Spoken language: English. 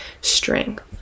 strength